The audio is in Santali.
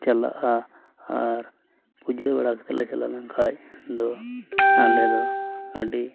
ᱪᱟᱞᱟᱜᱼᱟ ᱟᱨ ᱯᱩᱡᱟᱹ ᱵᱟᱲᱟ ᱠᱟᱛᱮᱫ ᱞᱮ ᱪᱟᱞᱟᱣ ᱞᱮᱱ ᱠᱷᱟᱡ ᱫᱚ ᱟᱞᱮ ᱫᱚ ᱟᱹᱰᱤ